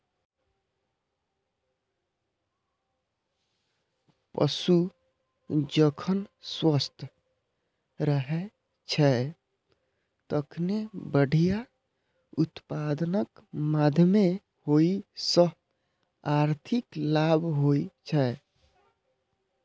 पशु जखन स्वस्थ रहै छै, तखने बढ़िया उत्पादनक माध्यमे ओइ सं आर्थिक लाभ होइ छै